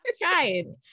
Trying